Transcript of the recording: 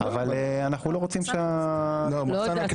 אבל אנחנו לא רוצים ------ לא יודעת,